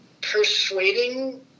Persuading